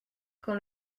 quand